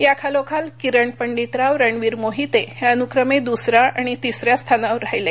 या खालोखाल किरण पंडीतराव रणविर मोहीते हे अनुक्रमे द्सरा आणि तिसरा स्थानावर राहीले